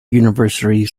universally